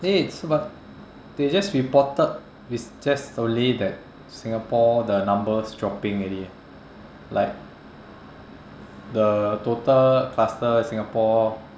the thing is but they just reported rec~ just only that singapore the numbers dropping already eh like the total cluster singapore